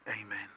Amen